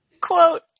Quote